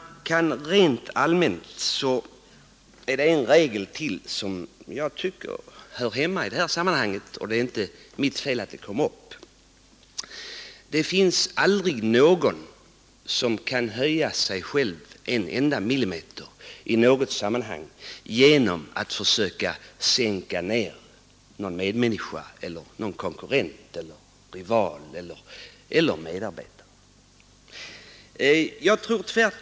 En regel, som jag tycker hör hemma i detta sammanhang, är att ingen kan höja sig själv en enda millimeter i något sammanhang genom att försöka sänka en medmänniska, en konkurrent, en rival eller en medarbetare.